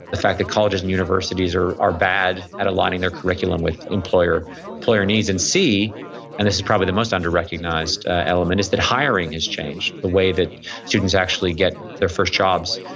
the fact that colleges and universities are are bad at aligning their curriculum with employer employer needs. and c, and this is probably the most under-recognized element, is that hiring has changed. the way that students actually get their first jobs,